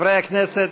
חברי הכנסת,